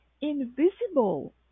invisible